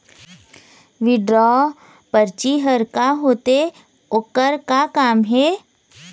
Withdraw परची हर का होते, ओकर का काम हे?